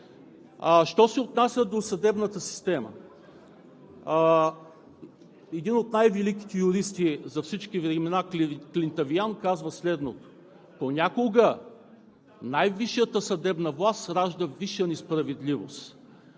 Що се отнася до съдебната система – един от най-великите юристи за всички времена Квинтилиан казва следното: „Понякога най-висшата съдебна власт ражда висша несправедливост.“